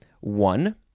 One